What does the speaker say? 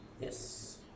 Yes